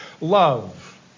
Love